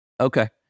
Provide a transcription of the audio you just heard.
Okay